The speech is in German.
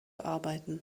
arbeiten